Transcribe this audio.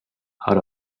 out